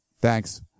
Thanks